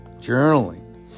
Journaling